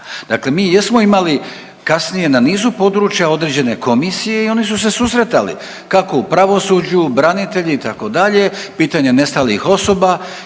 Dakle mi jesmo imali kasnije na nizu područja određene komisije i oni su se susretali, tako u pravosuđu, branitelji, itd., pitanje nestalih osoba